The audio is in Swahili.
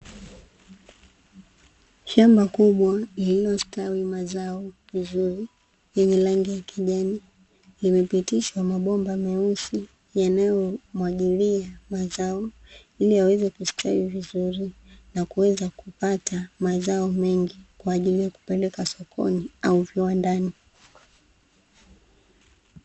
Shamba kubwa lililostawi mazao vizuri yenye rangi ya kijani limepitishwa mabomba meusi yanayomwagilia mazao, ili yaweze kustawi vizuri na kuweza kupata mazao mengi kwaajili ya kupeleka sokoni au viwandani.